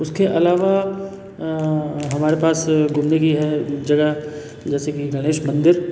उसके अलावा हमारे पास घूमने की है जगह जैसे की गणेश मंदिर